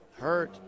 Hurt